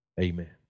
Amen